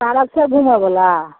पारक छै घुमै बला